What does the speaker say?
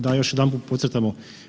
Da još jedanput podcrtamo.